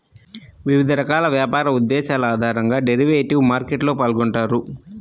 వివిధ రకాల వ్యాపార ఉద్దేశాల ఆధారంగా డెరివేటివ్ మార్కెట్లో పాల్గొంటారు